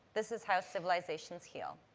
this is how civilizations heal.